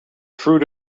fruit